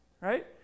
right